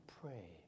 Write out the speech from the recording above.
pray